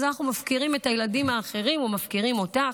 אז אנחנו מפקירים את הילדים האחרים או מפקירים אותך.